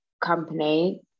company